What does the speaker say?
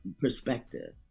perspective